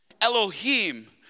Elohim